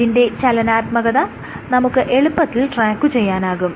ഇതിന്റെ ചലനാത്മകത നമുക്ക് എളുപ്പത്തിൽ ട്രാക്കുചെയ്യാനാകും